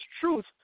truth